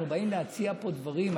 אנחנו באים להציע פה דברים,